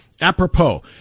apropos